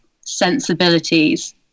sensibilities